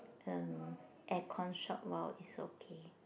um aircon short while is okay